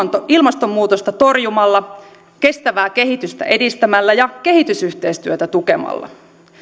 ilmastonmuutosta torjumalla kestävää kehitystä edistämällä ja kehitysyhteistyötä tukemalla